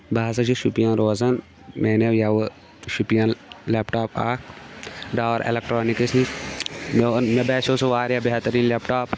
بہٕ ہسا چھُس شوپِین روزان مےٚ اَنیو یَوٕ شوپِین لیٚپ ٹاپ اکھ ڈار ایٚلیکٹرٛانِکٕس نِش مےٚ اوٚن مےٚ باسیٚو سُہ واریاہ بہتریٖن لیٚپ ٹاپ